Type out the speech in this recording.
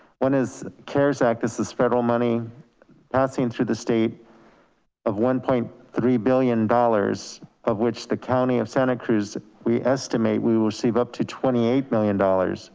one is cares act. this is federal money passing through the state of one point three billion dollars of which the county of santa cruz we estimate we will see up to twenty eight million dollars